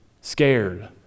scared